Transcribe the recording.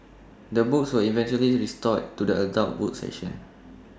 the books were eventually restored to the adult books section